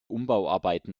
umbauarbeiten